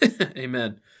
Amen